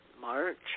March